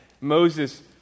Moses